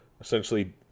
Essentially